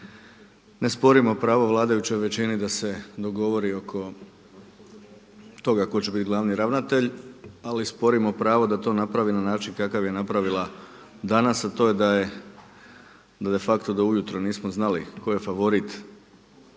Ne sporimo pravo vladajućoj većini da se dogovori oko toga tko će biti glavni ravnatelja, ali sporimo pravo da to napravi na način kakav je napravila danas a to je da de facto do ujutro nismo znali tko je favorit